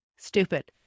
Stupid